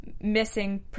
missing